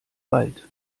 wald